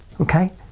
Okay